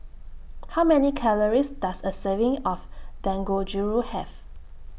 How Many Calories Does A Serving of Dangojiru Have